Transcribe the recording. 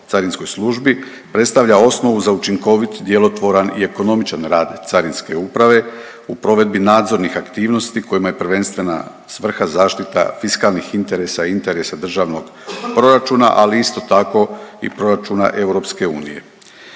carinskoj službi predstavlja osnovu za učinkovit, djelotvoran i ekonomičan rad Carinske uprave u provedbi nadzornih aktivnosti kojima je prvenstvena svrha zaštita fiskalnih interesa i interesa državnog proračuna, ali isto tako i proračuna EU.